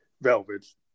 Velvets